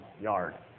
yard